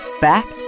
back